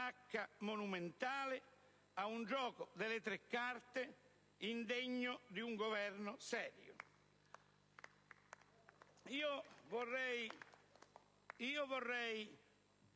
una patacca monumentale, ad un gioco delle tre carte indegno di un Governo serio.